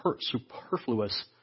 superfluous